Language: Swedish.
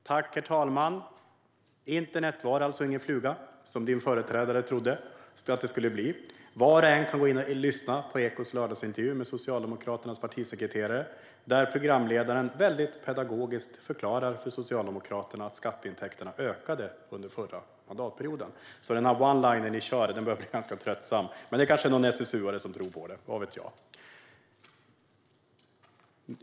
Herr talman! Internet var alltså ingen fluga, som din företrädare trodde att det skulle bli. Var och en kan gå in och lyssna på Ekots lördagsintervju med Socialdemokraternas partisekreterare, där programledaren mycket pedagogiskt förklarar för Socialdemokraterna att skatteintäkterna ökade under den förra mandatperioden. Den oneliner ni kör börjar bli ganska tröttsam. Men det är kanske någon SSU:are som tror på detta - vad vet jag.